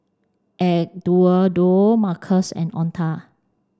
Eduardo Marques and Oneta